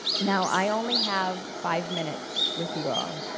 now, i only have five minutes with you all.